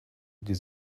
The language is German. die